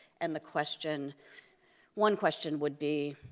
and the question one question would be